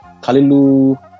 Kalilu